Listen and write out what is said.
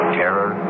terror